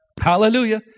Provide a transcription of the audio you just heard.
Hallelujah